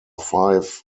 five